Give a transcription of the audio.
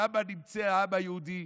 שם נמצא העם היהודי.